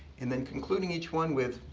and then concluding each one with,